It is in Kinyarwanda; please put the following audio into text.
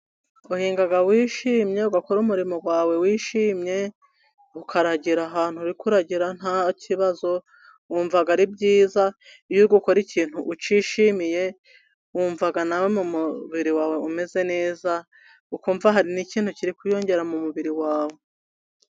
Uhingaga wishimye ugakore umurimo wawe wishimye, ukaragera ahantu urireka uragera nta kibazo, wumvaga ari byiza iyo ukora ikintu wishimiye wumvaga nawe mu mubiri wawe umeze neza, ukumva hari' ikintu kiri kwiyongera mu mubiri wawe.